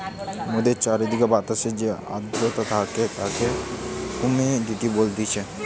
মোদের চারিদিকের বাতাসে যে আদ্রতা থাকে তাকে হুমিডিটি বলতিছে